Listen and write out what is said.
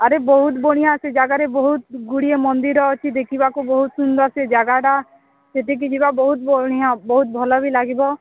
ଆରେ ବହୁତ ବଢ଼ିଆ ସେ ଜାଗାରେ ବହୁତ ଗୁଡ଼ିଏ ମନ୍ଦିର ଅଛି ଦେଖିବାକୁ ବହୁତ ସୁନ୍ଦର ସେ ଜାଗାଟା ସେଠିକି ଯିବା ବହୁତ ଭରଣୀୟ ବହୁତ ଭଲ ବି ଲାଗିବ